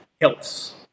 helps